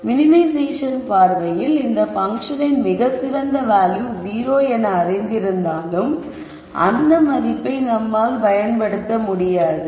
minimisation பார்வையில் இந்த பங்க்ஷனின் மிகச்சிறந்த வேல்யூ 0 என அறிந்திருந்தாலும் அந்த மதிப்பை நம்மால் பயன்படுத்த முடியாது